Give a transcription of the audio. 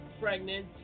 pregnant